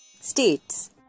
States